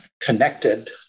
connected